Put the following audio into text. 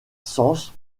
cense